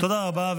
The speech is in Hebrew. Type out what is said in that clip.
תודה רבה.